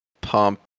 pump